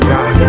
God